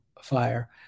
Fire